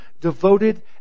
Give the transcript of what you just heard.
devoted